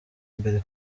mbere